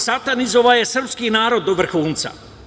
Satanizovao je srpski narod do vrhunca.